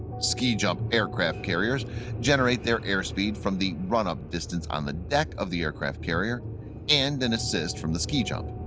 ski-jump aircraft carriers generate their airspeed from the run-up distance on the deck of the aircraft carrier and an assist from the ski-jump.